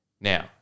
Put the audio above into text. Now